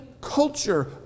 culture